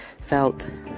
felt